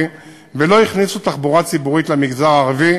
ולא הכניסו תחבורה ציבורית למגזר הערבי.